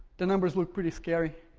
the numbers look pretty scary.